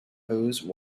hose